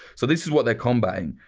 so, this is what they're combating.